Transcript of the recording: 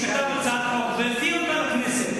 שכתב הצעת חוק והעביר אותה בכנסת,